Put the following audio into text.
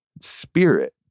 Spirit